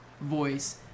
voice